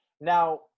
now